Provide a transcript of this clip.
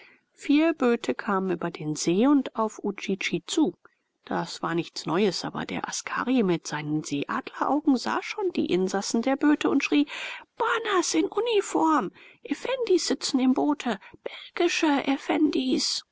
vier böte kamen über den see und auf udjidji zu das war nichts neues aber der askari mit seinen seeadleraugen sah schon die insassen der böte und schrie banas in uniform effendis sitzen im boote belgische